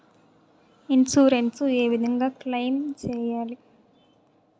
Insurance ఏ విధంగా claim సేయాలి?